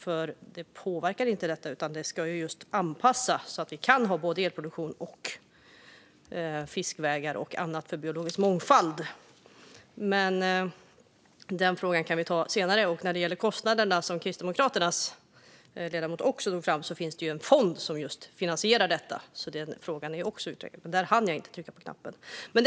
Det påverkar ju inte detta, utan det ska anpassas så att vi kan ha såväl elproduktion som fiskvägar och annat för biologisk mångfald. Men den frågan kan vi ta senare. När det gäller kostnaderna, som Kristdemokraternas ledamot också lyfte fram, finns det ju en fond som finansierar detta, så den frågan är också utredd. Där hann jag inte begära replik.